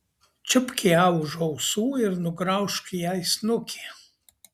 čiupk ją už ausų ir nugraužk jai snukį